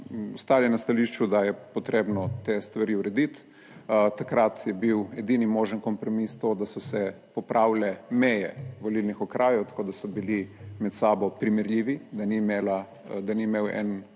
stali na stališču, da je potrebno te stvari urediti. Takrat je bil edini možen kompromis to, da so se popravile meje volilnih okrajev, tako da so bili med sabo primerljivi, da ni imel en volivec